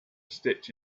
stitch